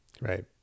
right